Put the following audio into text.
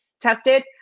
tested